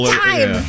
time